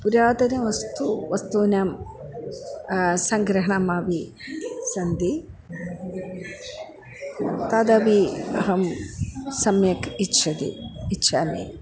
पुरातनवस्तु वस्तूनां सङ्ग्रहणम् अपि सन्ति तदपि अहं सम्यक् इच्छति इच्छामि